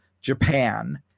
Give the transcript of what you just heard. Japan